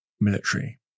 military